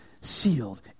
sealed